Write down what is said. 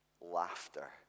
Laughter